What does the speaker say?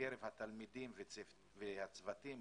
בקרב התלמידים והצוותים